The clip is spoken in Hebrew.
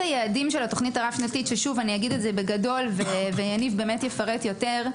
היעדים של התוכנית הרב-שנתית - אגיד את זה שוב בגדול ויניב יפרט יותר: